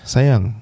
Sayang